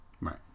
Right